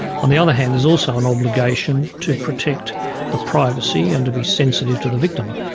on the other hand, there's also an obligation to protect the privacy and to be sensitive to the victim.